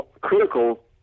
critical